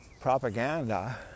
propaganda